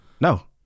No